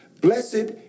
Blessed